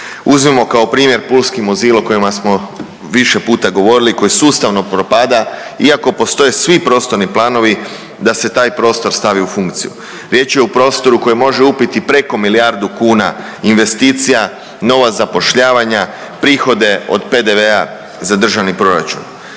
Uzmimo kao primjer pulski Muzil o kojima smo više puta govorili, koji sustavno propada iako postoje svi prostorni planovi da se taj prostor stavi u funkciju. Riječ je o prostoru koji može upiti preko milijardu kuna investicija, nova zapošljavanja, prihode od PDV-a za državni proračun.